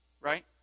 Right